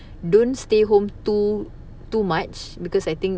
don't stay home too too much because I think